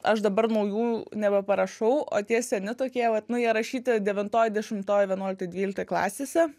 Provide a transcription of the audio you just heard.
aš dabar naujų nebe parašau o tie seni tokie vat nu jie rašyti devintoj dešimtoj vienuoliktoj dvyliktoj klasėse